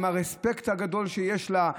עם הרספקט הגדול שיש לה,